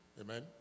Amen